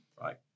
Right